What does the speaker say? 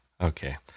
Okay